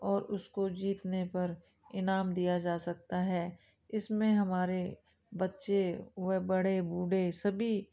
और उसको जीतने पर इनाम दिया जा सकता है इसमें हमारे बच्चे व बड़े बूढ़े सभी